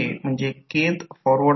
∅2 म्हणजे total flux ∅2 ∅21 ∅22